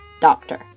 doctor